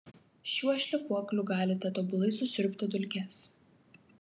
šiuo šlifuokliu galite tobulai susiurbti dulkes